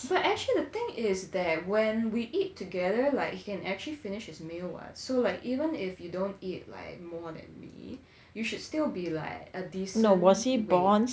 but actually the thing is that when we eat together like he can actually finished his meal [what] so like even if you don't eat like more than me you should still be like a decent weight